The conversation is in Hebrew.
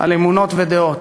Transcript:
על אמונות ודעות,